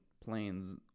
planes